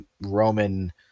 Roman